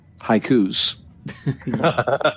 haikus